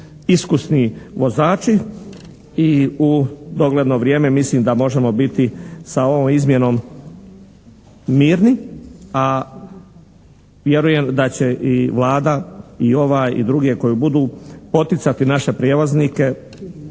iskusni vozači i u dogledno vrijeme mislim da možemo biti sa ovom izmjenom mirni a vjerujem da će i Vlada i ova i druge koje budu, poticati naše prijevoznike